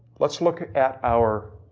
let's look at our